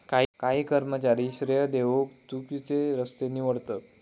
काही कर्मचारी श्रेय घेउक चुकिचे रस्ते निवडतत